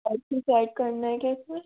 और कुछ ऐड करना है क्या इस में